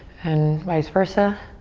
and vice versa.